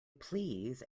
please